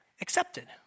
accepted